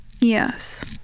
Yes